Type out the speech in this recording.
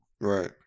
Right